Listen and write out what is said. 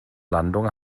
landung